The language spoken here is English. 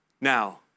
Now